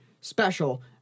special